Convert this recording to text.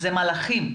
אלה מלאכים,